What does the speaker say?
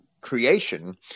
creation